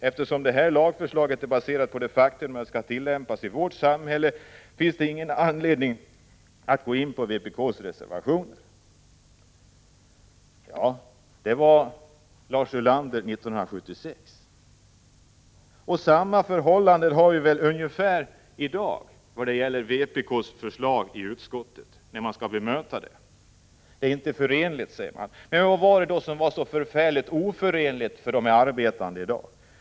Eftersom lagförslaget är baserat på det faktum att det skall tillämpas i vårt samhälle finns det ingen anledning att gå in på vpk:s reservationer, sade Lars Ulander 1976. Förhållandena är väl ungefär desamma i dag, när man skall bemöta de förslag som vpk framfört i utskottet. Det som föreslås är inte förenligt med = Prot. 1985/86:31 våra förhållanden, har man sagt. Vad var det då som var så oförenligt med 20 november 1985 förhållandena, om vi ser till de arbetande?